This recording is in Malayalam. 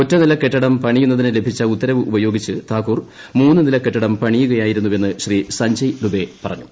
ഒറ്റണീലുക്ട്ടിടം പണിയുന്നതിന് ലഭിച്ച ഉത്തരവ് ഉപയോഗിച്ച് താക്കൂർ ്മൂന്നു്നില കെട്ടിടം പണിയുകയായിരുന്നുവെന്ന് ശ്രീ സഞ്ജയ് ദുബൈ പറഞ്ഞു